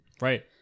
right